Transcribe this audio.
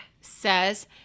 says